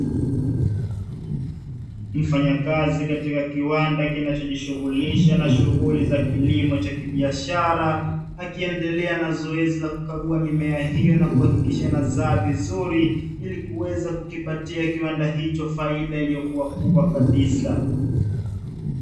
Mfanyakazi katika kiwanda kinachojishughulisha na shughuli za kilimo cha kibiashara, akiendelea na zoezi la kukagua mimea hiyo na kuhakikisha inazaa vizuri, ili kuweza kukipatia kiwanda hicho faida iliyokua kubwa kabisa.